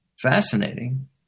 Fascinating